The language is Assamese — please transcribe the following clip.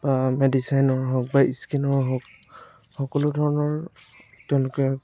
বা মেডিছাইনৰ হওক বা স্কীনৰ হওক সকলো ধৰণৰ তেওঁলোকে